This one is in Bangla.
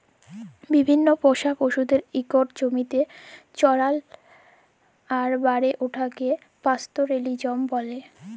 বিভিল্ল্য পোষা পশুদের ইকট জমিতে চরাল আর বাড়ে উঠাকে পাস্তরেলিজম ব্যলে